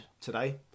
today